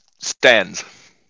stands